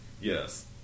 Yes